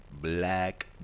Black